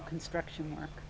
of construction work